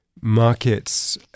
markets